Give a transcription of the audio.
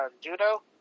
judo